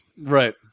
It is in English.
Right